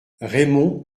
raymond